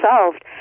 solved